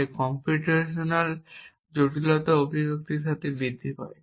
তাই কম্পিউটেশনাল জটিলতা অভিব্যক্তির সাথে বৃদ্ধি পায়